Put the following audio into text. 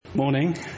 morning